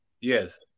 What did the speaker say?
Yes